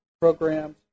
programs